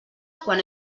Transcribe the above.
quan